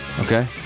Okay